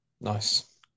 nice